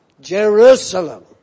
Jerusalem